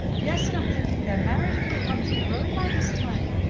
yes, and i'm thinking they're married and with homes of their own by this time,